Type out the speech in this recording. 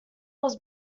was